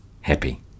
happy